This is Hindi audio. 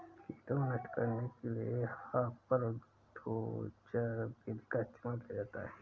कीटों को नष्ट करने के लिए हापर डोजर विधि का इस्तेमाल किया जाता है